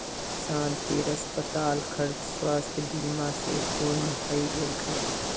शांतिर अस्पताल खर्च स्वास्थ बीमा स पूर्ण हइ गेल छ